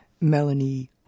Melanie